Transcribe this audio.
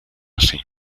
así